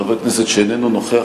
חבר כנסת שאיננו נוכח,